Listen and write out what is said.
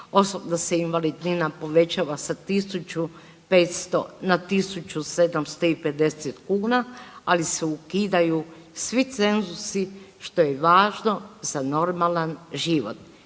osim da se invalidnina povećava sa 1.500 na 1.750 kuna, ali se ukidaju svi cenzusi što je važno za normalan život